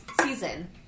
season